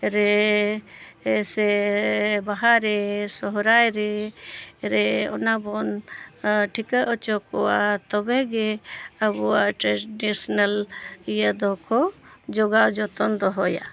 ᱨᱮ ᱥᱮ ᱵᱟᱦᱟᱨᱮ ᱥᱚᱦᱚᱨᱟᱭ ᱨᱮ ᱚᱱᱟᱵᱚᱱ ᱴᱷᱤᱠᱟᱹ ᱦᱚᱪᱚ ᱠᱚᱣᱟ ᱛᱚᱵᱮᱜᱮ ᱟᱵᱚᱣᱟᱜ ᱴᱨᱮᱰᱤᱥᱚᱱᱟᱞ ᱤᱭᱟᱹ ᱫᱚᱠᱚ ᱡᱚᱜᱟᱣ ᱡᱚᱛᱚᱱ ᱫᱚᱦᱚᱭᱟ